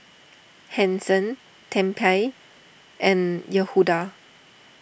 Hanson Tempie and Yehuda